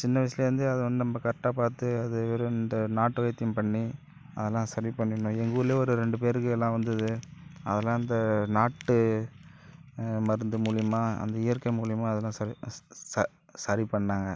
சின்ன வயசுலேருந்தே அதை வந்து நம்ப கரெக்டாக பார்த்து அது ஒரு இந்த நாட்டு வைத்தியம் பண்ணி அதெல்லாம் சரி பண்ணிடலாம் எங்கள் ஊரில் ஒரு ரெண்டு பேருக்குலாம் வந்துது அதெல்லாம் அந்த நாட்டு மருந்து மூலயமா அந்த இயற்கை மூலயமா அதெல்லாம் ச ச சரி பண்ணிணாங்க